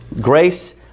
Grace